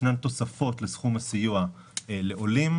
ישנן תוספות לסכום הסיוע לעולים,